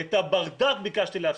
את הברדק ביקשתי להפסיק,